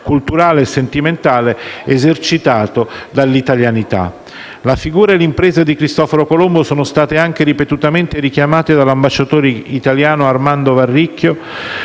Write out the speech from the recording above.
La figura e l'impresa di Cristoforo Colombo sono state anche ripetutamente richiamate dall'ambasciatore italiano Armando Varricchio